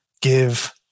give